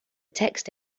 text